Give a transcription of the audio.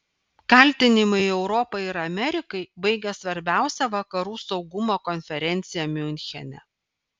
kaltinimai europai ir amerikai baigia svarbiausią vakarų saugumo konferenciją miunchene